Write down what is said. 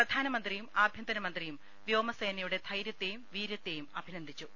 പ്രധാനമന്ത്രിയും ആഭ്യന്തരമ ന്ത്രിയും വ്യോമസേനയുടെ ധൈര്യത്തെയും വീര്യത്തെയും അഭിനന്ദിച്ചു